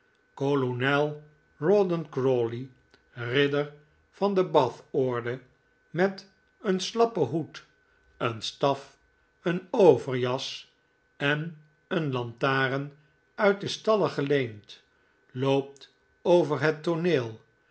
kolonel rawdon crawley ridder van de bath o r de met een slappen hoed een staf een overjas en een lantaarn uit de stallen geleend loopt over het tooneel